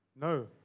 No